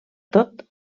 tot